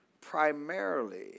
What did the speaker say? primarily